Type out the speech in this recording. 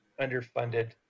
underfunded